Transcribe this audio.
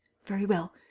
very well.